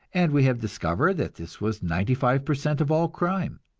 and we have discovered that this was ninety-five per cent of all crime.